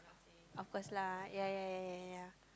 of course lah ya ya ya ya ya